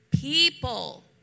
People